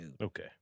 Okay